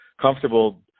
comfortable